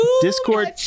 discord